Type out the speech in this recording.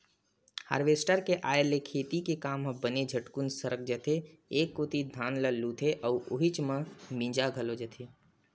harvester के आय ले खेती के काम ह बने झटकुन सरक जाथे एक कोती धान ल लुथे अउ उहीच म मिंजा घलो जथे